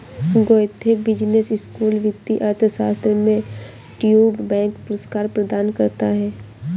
Goethe business school वित्तीय अर्थशास्त्र में ड्यूश बैंक पुरस्कार प्रदान करता है